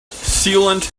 sealant